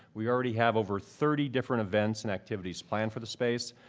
we already have over thirty different events and activities planned for the space.